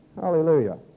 Hallelujah